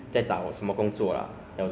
早上看到早上去找